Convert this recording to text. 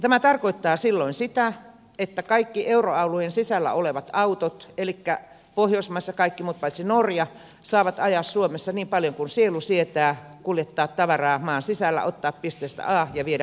tämä tarkoittaa silloin sitä että kaikki euroalueen sisällä olevat autot elikkä pohjoismaissa kaikki muut paitsi norja saavat ajaa suomessa niin paljon kuin sielu sietää kuljettaa tavaraa maan sisällä ottaa pisteestä a ja viedä pisteeseen b